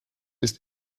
ist